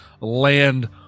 land